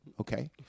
okay